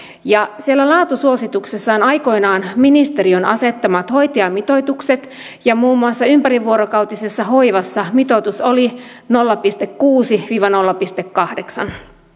siellä laatusuosituksessa oli aikoinaan ministeriön asettamat hoitajamitoitukset ja muun muassa ympärivuorokautisessa hoivassa mitoitus oli nolla pilkku kuusi viiva nolla pilkku kahdeksan